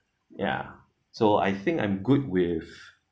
ya so I think I'm good with